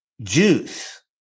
Juice